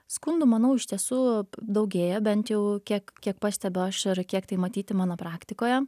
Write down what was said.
skundų manau iš tiesų daugėja bent jau kiek kiek pastebiu aš ir kiek tai matyti mano praktikoje